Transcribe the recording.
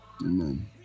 Amen